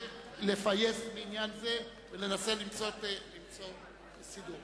לפייס בעניין זה ולנסות למצוא סידור.